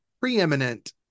preeminent